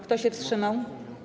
Kto się wstrzymał?